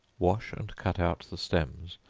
wash and cut out the stems,